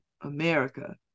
America